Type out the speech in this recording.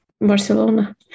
Barcelona